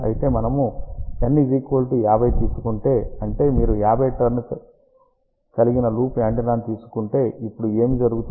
అయితే మనము N 50 తీసుకుంటే అంటే మీరు 50 టర్న్ కలిగిన లూప్ యాంటెన్నా ను తీసుకుంటే ఇప్పుడు ఏమి జరుగుతుందో చూద్దాం